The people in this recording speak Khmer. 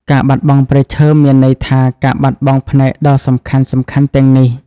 ការបាត់បង់ព្រៃឈើមានន័យថាការបាត់បង់ផ្នែកដ៏សំខាន់ៗទាំងនេះ។